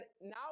now